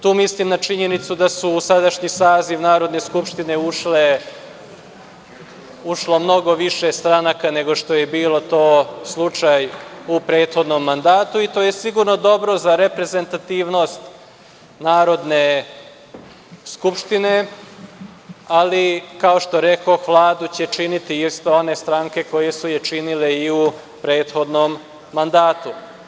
Tu mislim na činjenicu da je u sadašnji saziv Narodne skupštine ušlo mnogo više stranaka nego što je to bio slučaj u prethodnom mandatu i to je sigurno dobro za reprezentativnost Narodne skupštine, ali kao što rekoh, Vladu će činiti isto one stranke koje su je činile i u prethodnom mandatu.